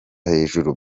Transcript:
hejuru